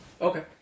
Okay